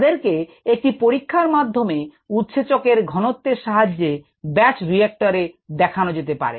তাদেরকে একটি পরীক্ষার মাধ্যমে উৎসেচকের ঘনত্বের সাহায্যে ব্যাচ রিয়েক্টর দেখানো যেতে পারে